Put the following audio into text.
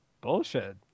bullshit